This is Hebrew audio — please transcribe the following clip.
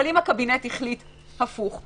אבל אם הקבינט החליט הפוך,